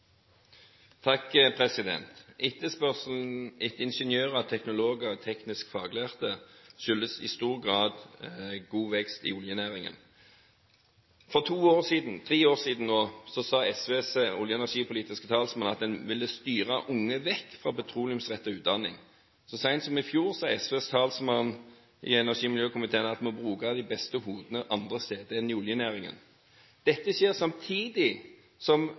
teknisk faglærte skyldes i stor grad god vekst i oljenæringen. For to–tre år siden sa SVs olje- og energipolitiske talsmann at man ville styre unge vekk fra petroleumsrettet utdanning. Så sent som i fjor sa SVs talsmann i energi- og miljøkomiteen at man må bruke de beste hodene andre steder enn i oljenæringen. Dette skjer samtidig som